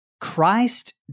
Christ